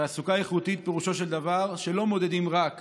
תעסוקה איכותית פירושו של דבר שלא מודדים רק השמה,